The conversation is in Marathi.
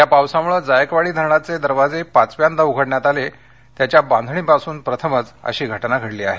या पावसामुळे जायकवाडी धरणाचे दरवाजे पाचव्यांदा उघडण्यात आले असून त्याच्या बांधणीपासून प्रथमच ही घटना घडली आहे